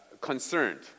concerned